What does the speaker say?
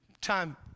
time